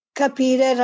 capire